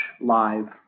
live